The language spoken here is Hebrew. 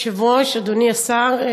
אדוני היושב-ראש, אדוני השר,